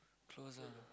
close ah